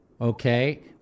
okay